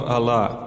Allah